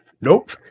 nope